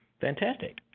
fantastic